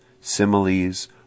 similes